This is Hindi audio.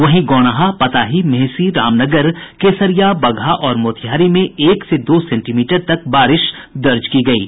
वहीं गौनाहा पताही मेहसी रामनगर केसरिया बगहा और मोतिहारी में एक से दो सेंटीमीटर तक बारिश दर्ज की गयी है